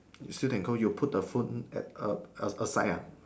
you still can go you put the phone at a aside ah